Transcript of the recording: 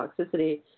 toxicity